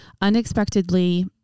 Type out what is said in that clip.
unexpectedly